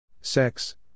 Sex